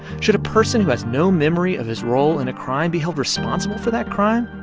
should a person who has no memory of his role in a crime be held responsible for that crime?